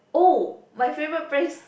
oh my favorite place